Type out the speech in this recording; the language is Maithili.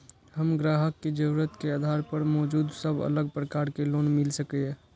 हम ग्राहक के जरुरत के आधार पर मौजूद सब अलग प्रकार के लोन मिल सकये?